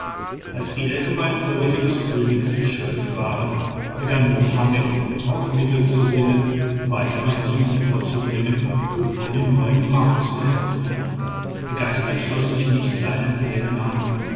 als die elfenbeinvorräte des königs erschöpft waren begann mohammed auf mittel zu sinnen weiter nach süden vorzudringen um einen neuen markt zu eröffnen begeistert schloß ich mich seinen plänen an